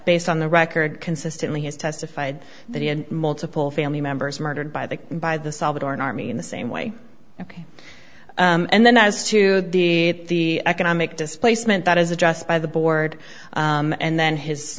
ased on the record consistently has testified that he had multiple family members murdered by the by the salvadoran army in the same way ok and then as to the economic displacement that is addressed by the board and then his